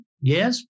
yes